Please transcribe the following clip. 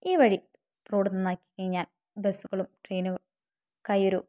ഈ വഴി റോഡ് നന്നാക്കി കഴിഞ്ഞാൽ ബസ്സുകളും ട്രെയിനും കയറും